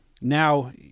Now